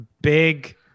big